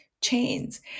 chains